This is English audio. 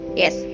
yes